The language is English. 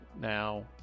now